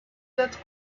that